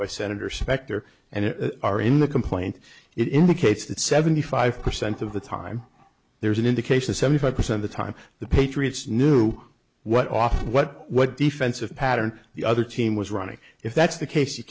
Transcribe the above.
by senator specter and are in the complaint it indicates that seventy five percent of the time there's an indication seventy five percent the time the patriots knew what off what what defensive pattern the other team was running if that's the case you